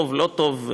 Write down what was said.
טוב או לא טוב,